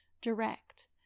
direct